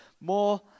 more